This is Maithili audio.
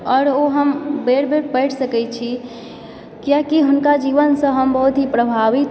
आओर ओ हम बेर बेर पढि सकैत छी किआकि हुनका जीवनसँ हम बहुत ही प्रभावित